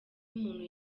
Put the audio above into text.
umuntu